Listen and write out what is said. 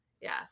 Yes